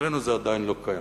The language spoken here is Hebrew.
אצלנו זה עדיין לא קיים.